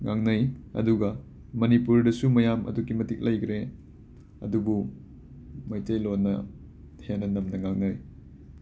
ꯉꯥꯡꯅꯩ ꯑꯗꯨꯒ ꯃꯅꯤꯄꯨꯔꯗꯁꯨ ꯃꯌꯥꯝ ꯑꯗꯨꯛꯀꯤ ꯃꯇꯤꯛ ꯂꯩꯒ꯭ꯔꯦ ꯑꯗꯨꯕꯨ ꯃꯩꯇꯩꯂꯣꯟꯅ ꯍꯦꯟꯅ ꯅꯝꯅ ꯉꯥꯡꯅꯩ